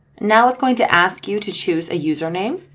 now it's going to ask you to choose a username